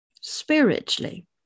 spiritually